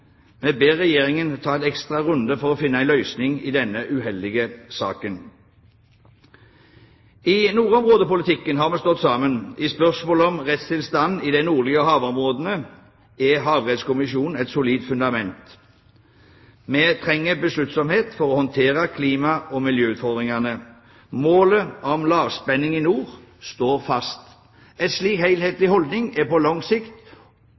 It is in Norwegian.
ber Regjeringen ta en ekstra runde for å finne en løsning i denne uheldige saken. I nordområdepolitikken har vi stått sammen. I spørsmålet om rettstilstanden i de nordlige havområdene er Havrettskommisjonen et solid fundament. Vi trenger besluttsomhet for å håndtere klima- og miljøutfordringene. Målet om lavspenning i nord står fast. En slik helhetlig holdning er på lang sikt